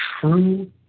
true